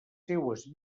seues